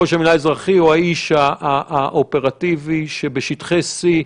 ראש המנהל האזרחי או האיש האופרטיבי שבשטחי C,